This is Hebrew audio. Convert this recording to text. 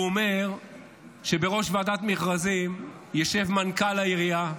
הוא אומר שבראש ועדת המכרזים ישב מנכ"ל העירייה,